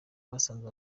basanze